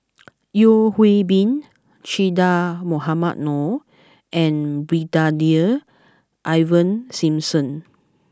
Yeo Hwee Bin Che Dah Mohamed Noor and Brigadier Ivan Simson